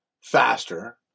faster